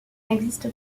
existe